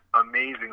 amazing